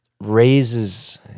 raises